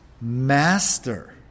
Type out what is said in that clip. Master